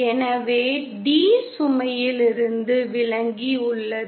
எனவே d சுமையிலிருந்து விலகி உள்ளது